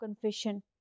confession